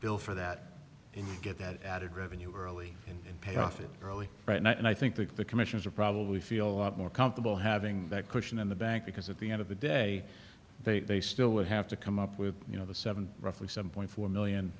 bill for that and get that added revenue early and pay off it early right now and i think the commissions are probably feel a lot more comfortable having that cushion in the bank because at the end of the day they still would have to come up with you know the seven roughly seven point four million